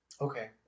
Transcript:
Okay